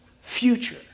future